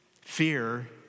Fear